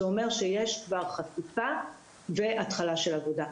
זה אומר שיש כבר חפיפה והתחלה של עבודה.